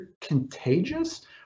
contagious